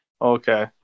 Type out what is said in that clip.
Okay